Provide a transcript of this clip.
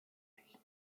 erreichen